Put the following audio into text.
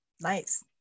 nice